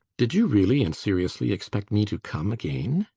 did you really and seriously expect me to come again?